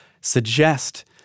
suggest